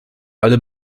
alle